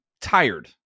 tired